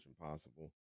impossible